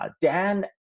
Dan